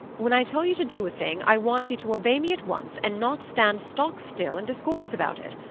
when i tell you to do a thing i want you to obey me at once and not stand stock-still and discourse about it.